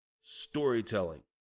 storytelling